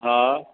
हा